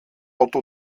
otto